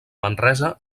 manresa